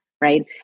right